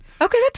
Okay